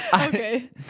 Okay